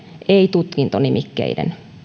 ei tutkintonimikkeet